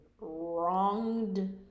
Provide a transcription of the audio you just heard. wronged